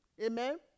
Amen